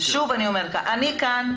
שוב אני אומרת: אני כאן.